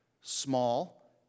small